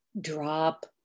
Drop